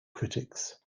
critics